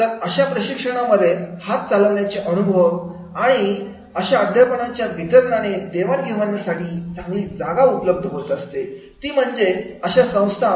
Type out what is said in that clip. तर अशा प्रशिक्षणामध्ये हात चालवण्याचे अनुभवाने आणि अशा अध्यापनाच्या वितरणाने देवाणघेवाणीसाठी चांगली जागा उपलब्ध होत असते ती म्हणजे अशा संस्था